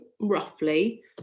roughly